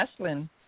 Ashlyn